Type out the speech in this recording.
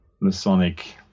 Masonic